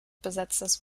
besetztes